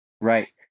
Right